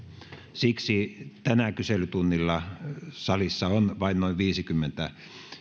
siksi tänään kyselytunnilla salissa on vain noin viisikymmentä